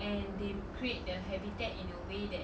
and they create the habitat in a way that